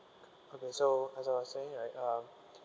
okay so uh as I was saying right um